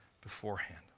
beforehand